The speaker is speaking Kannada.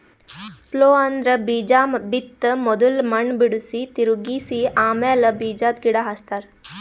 ಪ್ಲೊ ಅಂದ್ರ ಬೀಜಾ ಬಿತ್ತ ಮೊದುಲ್ ಮಣ್ಣ್ ಬಿಡುಸಿ, ತಿರುಗಿಸ ಆಮ್ಯಾಲ ಬೀಜಾದ್ ಗಿಡ ಹಚ್ತಾರ